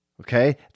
Okay